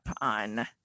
on